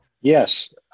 Yes